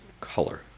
color